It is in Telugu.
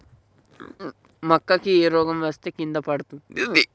మక్కా కి ఏ రోగం వస్తే కింద పడుతుంది?